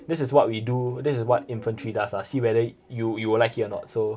this is what we do this is what infantry does lah see whether you will like it or not so